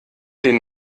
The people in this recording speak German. den